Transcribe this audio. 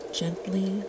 gently